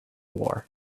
war